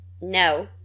No